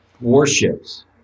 warships